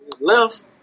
Left